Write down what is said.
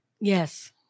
Yes